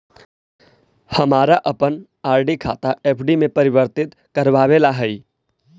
हमारा अपन आर.डी खाता एफ.डी में परिवर्तित करवावे ला हई